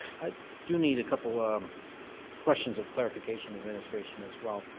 i do need a couple um questions of clarification of administration as well.